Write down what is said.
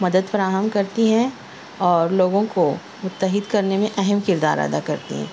مدد فراہم کرتی ہیں اور لوگوں کو متحد کرنے میں اہم کردار ادا کرتی ہیں